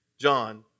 John